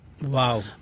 Wow